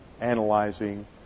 analyzing